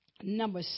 number